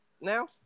now